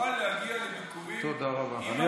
יוכל להגיע לביקורים עם הוועדה,